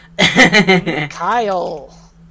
Kyle